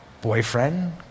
boyfriend